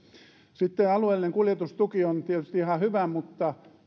alueellinen kuljetustuki on tietysti ihan hyvä mutta